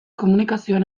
komunikazioen